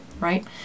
right